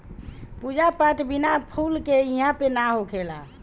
पूजा पाठ बिना फूल के इहां पे ना होखेला